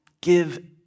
give